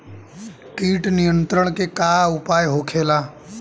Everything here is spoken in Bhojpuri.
कीट नियंत्रण के का उपाय होखेला?